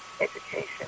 education